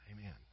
Amen